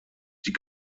die